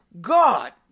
God